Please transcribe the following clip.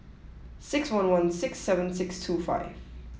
six one one six seven six two five